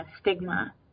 stigma